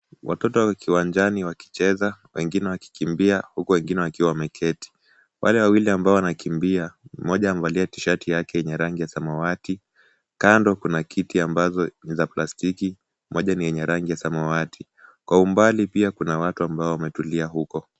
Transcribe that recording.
Watoto wako kiwanjani wakicheza wengine wakikimbia, huku wengine wakiwa wameketi. Wale wawili ambao wanakimbia, mmoja amevalia tishati yake yenye rangi ya samawati. Kando kuna kiti ambazo ni za plastiki. Moja ni yenye rangi ya samawati. Kwa umbali pia kuna watu ambao wametulia huko.